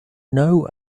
know